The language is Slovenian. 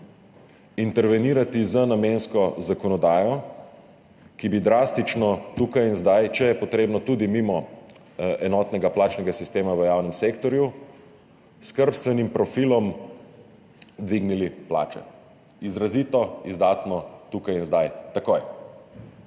intervenirati z namensko zakonodajo, ki bi drastično tukaj in zdaj, če je treba tudi mimo enotnega plačnega sistema v javnem sektorju, skrbstvenim profilom dvignili plače, izrazito, izdatno, tukaj in zdaj, takoj.